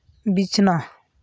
ᱵᱤᱪᱷᱱᱟᱹ